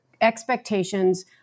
expectations